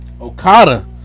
Okada